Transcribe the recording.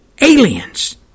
Aliens